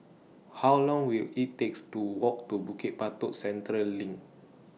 How Long Will IT takes to Walk to Bukit Batok Central LINK